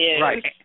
Right